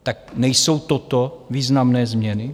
Tak nejsou toto významné změny?